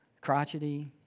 Crotchety